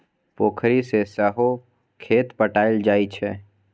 पोखरि सँ सहो खेत पटाएल जाइ छै